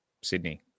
Sydney